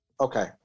Okay